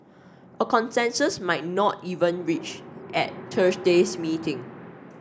a consensus might not even reached at Thursday's meeting